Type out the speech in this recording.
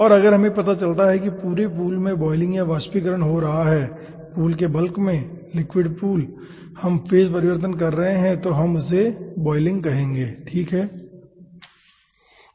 और अगर हमें पता चलता है कि पूरे पूल में बॉयलिंग या वाष्पीकरण हो रहा है ठीक है पूल के बल्क में लिक्विड पूल हम फेज परिवर्तन कर रहे हैं तो हम उसे बॉयलिंग कहेंगे ठीक है